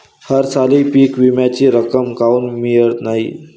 हरसाली पीक विम्याची रक्कम काऊन मियत नाई?